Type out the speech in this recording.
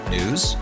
News